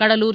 Cuddalore